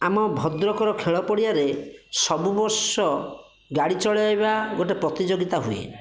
ଆମ ଭଦ୍ରକର ଖେଳ ପଡ଼ିଆରେ ସବୁ ବର୍ଷ ଗାଡ଼ି ଚଳେଇବା ଗୋଟିଏ ପ୍ରତିଯୋଗିତା ହୁଏ